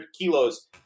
kilos